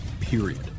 Period